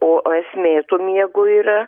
o aš mėtų miego yra